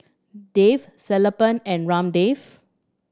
Dev Sellapan and Ramdev